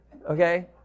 okay